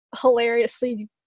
hilariously